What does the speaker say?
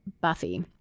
Buffy